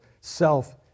self